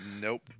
Nope